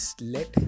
let